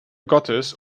gottes